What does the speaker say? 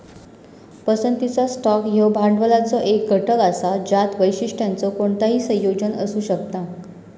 पसंतीचा स्टॉक ह्यो भांडवलाचो एक घटक असा ज्यात वैशिष्ट्यांचो कोणताही संयोजन असू शकता